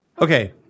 Okay